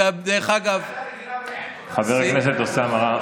מה ההבדל בין מסעדה רגילה, חבר הכנסת אוסאמה,